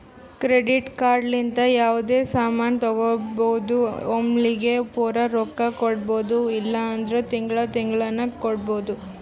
credit card ಲಿಂತ ಯಾವ್ದೇ ಸಾಮಾನ್ ತಗೋಬೋದು ಒಮ್ಲಿಗೆ ಪೂರಾ ರೊಕ್ಕಾ ಕೊಡ್ಬೋದು ಇಲ್ಲ ಅಂದುರ್ ತಿಂಗಳಾ ತಿಂಗಳಾನು ಕೊಡ್ಬೋದು